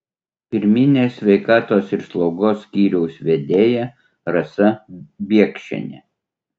pirminės sveikatos ir slaugos skyriaus vedėja rasa biekšienė